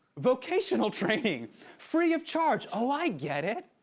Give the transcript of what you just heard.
vocational training free of charge. oh, i get it.